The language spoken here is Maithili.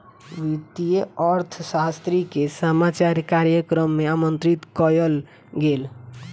वित्तीय अर्थशास्त्री के समाचार कार्यक्रम में आमंत्रित कयल गेल